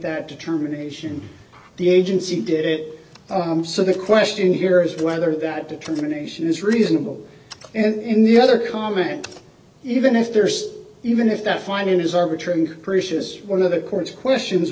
that determination the agency did it arm so the question here is whether that determination is reasonable and the other comment even if there's even if that fine is arbitrary and capricious one of the court's questions